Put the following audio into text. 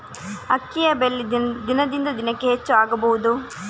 ಅಕ್ಕಿಯ ಬೆಲೆ ದಿನದಿಂದ ದಿನಕೆ ಹೆಚ್ಚು ಆಗಬಹುದು?